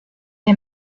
les